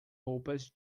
roupas